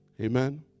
Amen